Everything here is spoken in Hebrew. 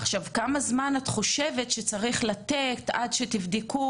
כמה זמן את חושבת שצריך לתת עד שתבדקו